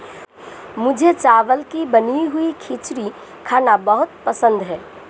मुझे चावल की बनी हुई खिचड़ी खाना बहुत पसंद है